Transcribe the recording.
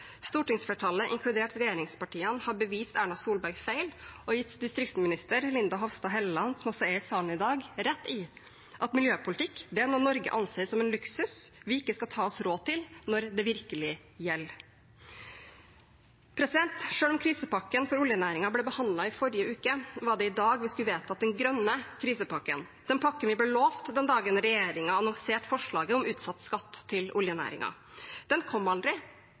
Stortingsflertallet, inkludert regjeringspartiene, har bevist Ernas Solbergs feil, og gitt distriktsminister Linda Hofstad Helleland, som også er i salen i dag, rett i at miljøpolitikk er noe Norge anser som en luksus vi ikke skal ta oss råd til når det virkelig gjelder. Selv om krisepakken for oljenæringen ble behandlet i forrige uke, var det i dag vi skulle vedtatt den grønne krisepakken, den pakken vi ble lovet den dagen regjeringen annonserte forslaget om utsatt skatt til oljenæringen. Den kom aldri.